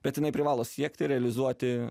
bet jinai privalo siekti realizuoti